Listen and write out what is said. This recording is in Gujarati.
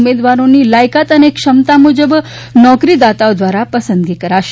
ઉમેદવારોની લાયકાત અને ક્ષમતા મુ બ નોકરી દાતાઓ દ્વારા પસંદગી કરાશે